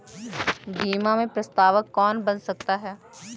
बीमा में प्रस्तावक कौन बन सकता है?